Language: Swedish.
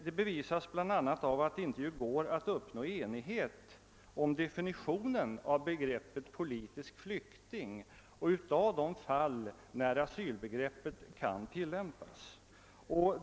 Det bevisas bl.a. av att det inte är möjligt att uppnå enighet om definitionen av begreppet politisk flykting och de fall då asylbegreppet kan tillämpas.